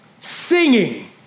singing